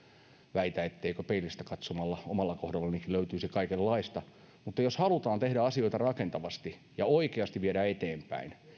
väitä etteikö peilistä katsomalla omalla kohdallani löytyisi kaikenlaista mutta jos halutaan tehdä asioita rakentavasti ja oikeasti viedä eteenpäin